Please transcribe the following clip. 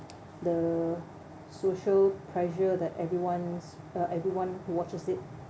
the social pressure that everyone's uh everyone who watches it